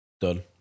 done